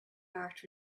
art